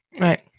right